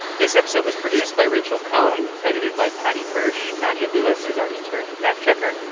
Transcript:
this episode was produced by rachel cohn, edited by paddy hirsch. nadia lewis is our intern and fact-checker.